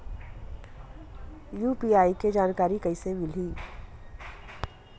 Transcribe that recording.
UPI के जानकारी कइसे मिलही?